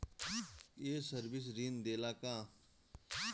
ये सर्विस ऋण देला का?